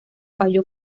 falló